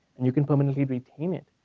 and you can permanently retain it.